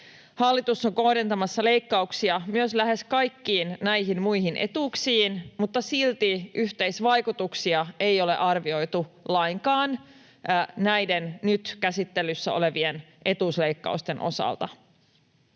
Hallitus on kohdentamassa leikkauksia myös lähes kaikkiin näihin muihin etuuksiin, mutta silti yhteisvaikutuksia ei ole arvioitu lainkaan näiden nyt käsittelyssä olevien etuusleikkausten osalta.